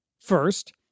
First